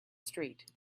street